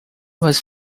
was